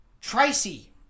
Tracy